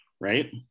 Right